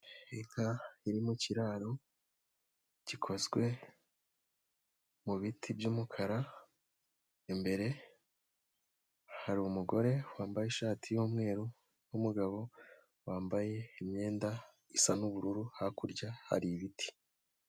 Inka iri mu kiraro gikozwe mu biti by'umukara, imbere hari umugore wambaye ishati y'umweru n'umugabo wambaye imyenda isa n'ubururu, hakurya hari ibiti.